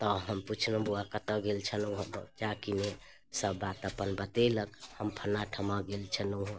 तऽ हम पुछलहुँ बउआ कतऽ गेल छलहुँ जाकि ने सब बात अपन बतेलक हम फल्लाँ ठमा गेल छलहुँ